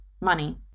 money